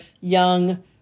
young